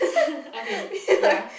okay ya